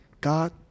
God